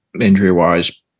injury-wise